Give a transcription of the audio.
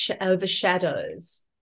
overshadows